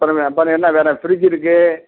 அப்புறம் அப்புறம் என்ன வேறு ஃப்ரிட்ஜி இருக்கு